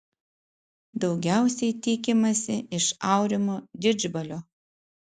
daugiausiai tikimasi iš aurimo didžbalio